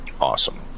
Awesome